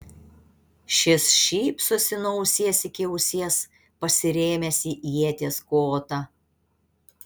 šis šypsosi nuo ausies iki ausies pasirėmęs į ieties kotą